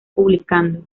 publicando